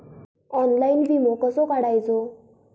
Online विमो कसो काढायचो?